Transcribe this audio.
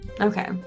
Okay